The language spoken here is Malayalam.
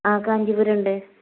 ആ കാഞ്ചിപുരവുണ്ട്